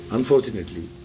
Unfortunately